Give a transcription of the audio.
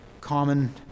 common